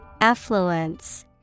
Affluence